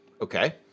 Okay